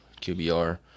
QBR